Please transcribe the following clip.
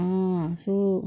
ah so